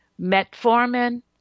metformin